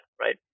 right